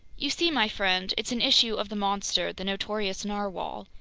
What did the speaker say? you see, my friend, it's an issue of the monster, the notorious narwhale.